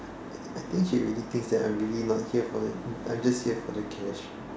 I I think she already thinks that I'm really not here for the I'm just here for the cash